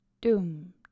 Doom